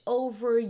over